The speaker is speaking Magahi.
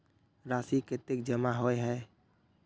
राशि कतेक जमा होय है?